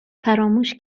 فراموش